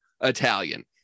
Italian